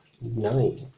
Nine